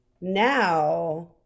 now